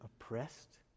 oppressed